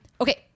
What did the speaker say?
Okay